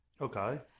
Okay